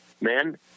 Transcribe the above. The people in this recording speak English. men